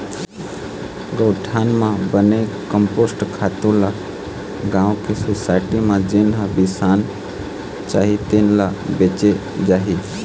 गउठान म बने कम्पोस्ट खातू ल गाँव के सुसायटी म जेन ह बिसाना चाही तेन ल बेचे जाही